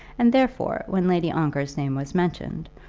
and, therefore, when lady ongar's name was mentioned,